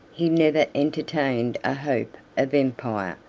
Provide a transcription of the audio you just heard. he never entertained a hope of empire,